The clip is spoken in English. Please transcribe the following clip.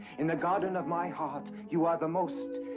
in the garden of my heart, you are the most.